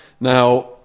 Now